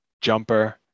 jumper